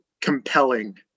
compelling